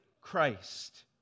Christ